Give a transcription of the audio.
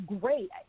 great